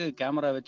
camera